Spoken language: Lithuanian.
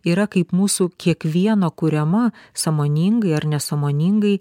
yra kaip mūsų kiekvieno kuriama sąmoningai ar nesąmoningai